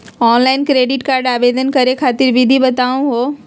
Online credit card आवेदन करे खातिर विधि बताही हो?